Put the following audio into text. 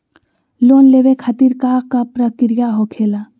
Loan लेवे खातिर का का प्रक्रिया होखेला?